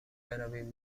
برویم